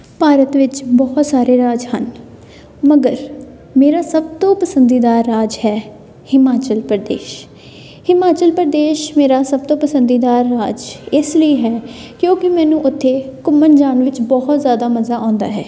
ਭਾਰਤ ਵਿੱਚ ਬਹੁਤ ਸਾਰੇ ਰਾਜ ਹਨ ਮਗਰ ਮੇਰਾ ਸਭ ਤੋਂ ਪਸੰਦੀਦਾ ਰਾਜ ਹੈ ਹਿਮਾਚਲ ਪ੍ਰਦੇਸ਼ ਹਿਮਾਚਲ ਪ੍ਰਦੇਸ਼ ਮੇਰਾ ਸਭ ਤੋਂ ਪਸੰਦੀਦਾ ਰਾਜ ਇਸ ਲਈ ਹੈ ਕਿਉਂਕਿ ਮੈਨੂੰ ਉੱਥੇ ਘੁੰਮਣ ਜਾਣ ਵਿੱਚ ਬਹੁਤ ਜ਼ਿਆਦਾ ਮਜ਼ਾ ਆਉਂਦਾ ਹੈ